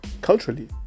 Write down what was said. culturally